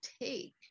take